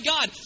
God